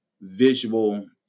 visual